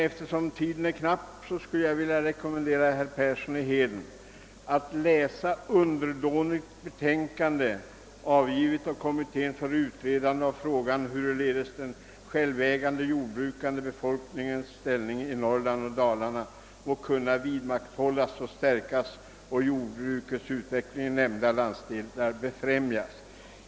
Eftersom tiden är knapp vill jag rekommendera herr Persson i Heden att läsa >Underdånigt betänkande afgifvet av komitén för utredande av frågan ”huruledes den sjelfegande jordbrukande befolkningens ställning i Norrland och Dalarne må kunna vidmakthållas och stärkas och jordbrukets utveckling i nämnda landsdelar befrämjas”».